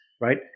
right